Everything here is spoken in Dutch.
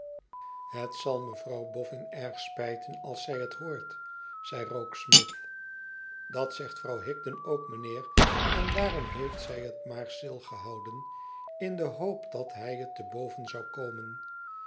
het zal mevrouw boffin erg spijten als zij het hoort zei rokesmith dat zegt vrouw higden ook mijnheer en daarom heeft zij het maar stilgehouden in de hoop dat hij het te boven zou komen